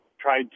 tried